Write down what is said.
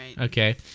okay